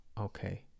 Okay